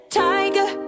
tiger